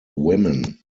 women